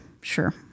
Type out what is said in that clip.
Sure